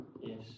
Yes